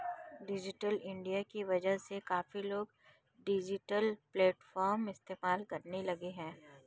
digital India की वजह से काफी लोग डिजिटल प्लेटफ़ॉर्म इस्तेमाल करने लगे हैं